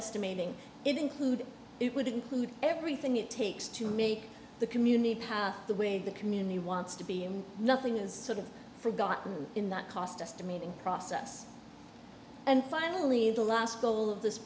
estimating it include it would include everything it takes to make the community pass the way the community wants to be and nothing is sort of forgotten in that cost estimating process and finally the last goal of this